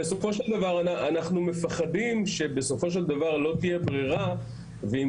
בסופו של דבר אנחנו מפחדים שלא תהיה ברירה ועם